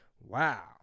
Wow